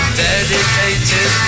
dedicated